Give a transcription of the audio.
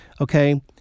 okay